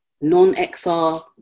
non-XR